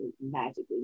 magically